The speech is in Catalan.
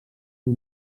ser